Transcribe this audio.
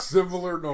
Similar